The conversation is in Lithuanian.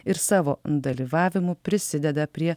ir savo dalyvavimu prisideda prie